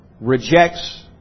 rejects